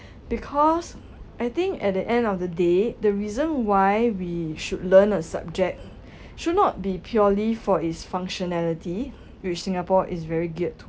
because I think at the end of the day the reason why we should learn a subject should not be purely for its functionality which singapore is very geared